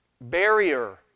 barrier